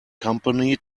company